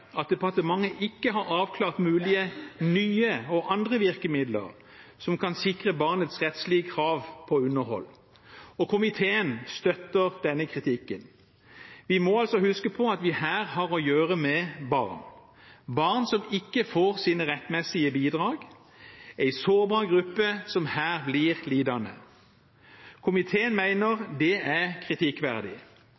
at departementet ikke har avklart mulige nye og andre virkemidler som kan sikre barnets rettslige krav på underhold. Komiteen støtter denne kritikken. Vi må altså huske på at vi her har å gjøre med barn – barn som ikke får sine rettmessige bidrag, en sårbar gruppe som her blir lidende. Komiteen